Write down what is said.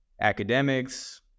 academics